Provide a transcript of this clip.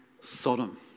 Sodom